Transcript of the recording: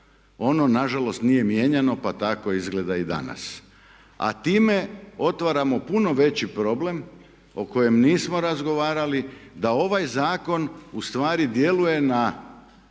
Ono na žalost nije mijenjano, pa tako izgleda i danas, a time otvaramo puno veći problem o kojem nismo razgovarali, da ovaj zakon u stvari djeluje na